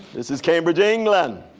this is cambridge, england.